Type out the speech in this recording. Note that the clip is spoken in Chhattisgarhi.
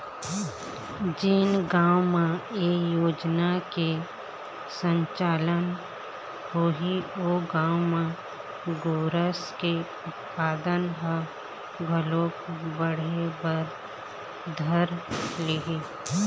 जेन गाँव म ए योजना के संचालन होही ओ गाँव म गोरस के उत्पादन ह घलोक बढ़े बर धर लिही